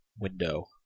window